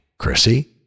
Chrissy